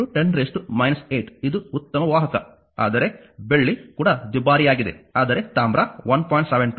64 10 8 ಇದು ಉತ್ತಮ ವಾಹಕ ಆದರೆ ಬೆಳ್ಳಿ ಕೂಡ ದುಬಾರಿಯಾಗಿದೆಆದರೆ ತಾಮ್ರ 1